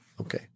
Okay